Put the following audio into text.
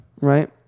Right